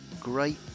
Great